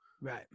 Right